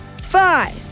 five